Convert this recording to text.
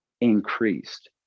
increased